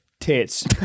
tits